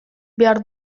behar